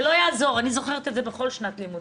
זה לא יעזור, אני זוכרת את זה בכל שנת לימודים.